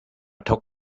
took